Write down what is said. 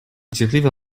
cierpliwa